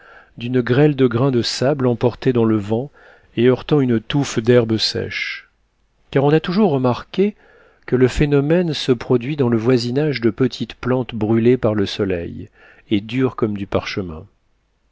d'une grêle de grains de sable emportés dans le vent et heurtant une touffe d'herbes sèches car on a toujours remarqué que le phénomène se produit dans le voisinage de petites plantes brûlées par le soleil et dures comme du parchemin